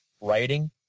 writing